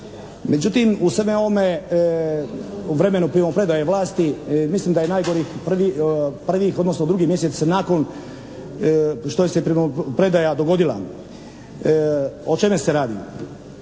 Međutim u svemu ovome u vremenu primopredaje vlasti mislim da je najgori prvi, odnosno drugi mjesec nakon što se primopredaja dogodila. O čemu se radi?